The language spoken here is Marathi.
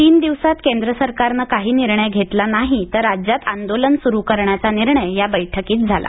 तीन दिवसात केंद्र सरकारनं काही निर्णय घेतला नाही तर राज्यात आंदोलन सुरू करण्याचा निर्णय या बैठकीत झाला